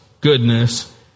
goodness